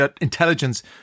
intelligence